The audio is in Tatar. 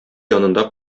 янында